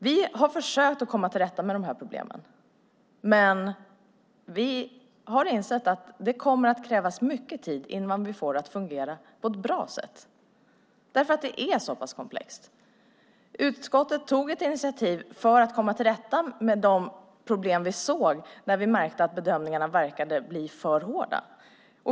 Vi har försökt komma till rätta med de här problemen, men vi har insett att det kommer att krävas mycket tid innan vi får det att fungera på ett bra sätt, för det är så pass komplext. Utskottet tog ett initiativ för att komma till rätta med de problem vi såg när vi märkte att bedömningarna verkade bli för hårda.